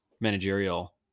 managerial